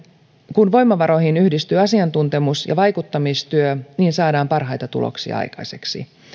kun voimavaroihin yhdistyy asiantuntemus ja vaikuttamistyö saadaan parhaita tuloksia aikaiseksi